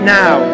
now